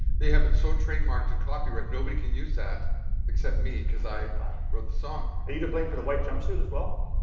they have it so trademarked and copyrighted, nobody can use that except me, because i wrote the song. ph are you to blame for the white jumpsuit as well?